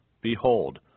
behold